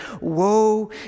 woe